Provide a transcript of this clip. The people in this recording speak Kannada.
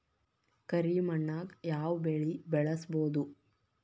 ಕರಿ ಮಣ್ಣಾಗ್ ಯಾವ್ ಬೆಳಿ ಬೆಳ್ಸಬೋದು?